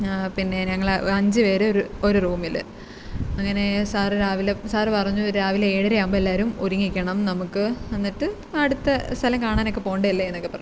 പിന്നെ ഞങ്ങൾ അഞ്ച് പേര് ഒരു ഒരു റൂമിൽ അങ്ങനെ സാറ് രാവിലെ സാറ് പറഞ്ഞു രാവിലെ ഏഴര ആകുമ്പോഴെല്ലാവരും ഒരുങ്ങി നിൽക്കണം നമുക്ക് എന്നിട്ട് അടുത്ത സ്ഥലം കാണാനെക്ക പോവണ്ടല്ലേ എന്നൊക്കെ പറഞ്ഞു